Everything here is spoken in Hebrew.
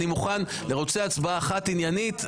אני מוכן ורוצה הצבעה אחת עניינית,